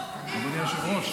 אדוני היושב-ראש.